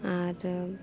ᱟᱨ